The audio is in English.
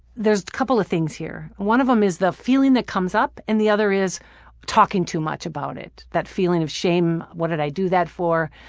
there's a couple of things here. one of them is the feeling that comes up, and the other is talking too much about it. that feeling of shame, what did i do that for.